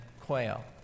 quail